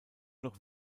noch